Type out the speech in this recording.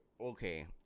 okay